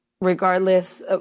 regardless